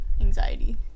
anxiety